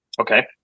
Okay